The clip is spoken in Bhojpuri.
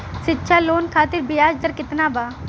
शिक्षा लोन खातिर ब्याज दर केतना बा?